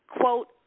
quote